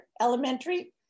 elementary